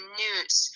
news